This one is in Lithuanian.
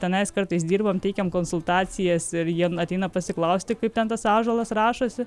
tenais kartais dirbam teikiam konsultacijas ir jie ateina pasiklausti kaip ten tas ąžuolas rašosi